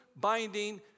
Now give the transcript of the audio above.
binding